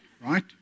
Right